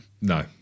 No